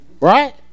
right